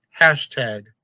Hashtag